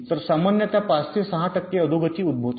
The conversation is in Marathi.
तर सामान्यत 5 ते 6 टक्के अधोगती उद्भवते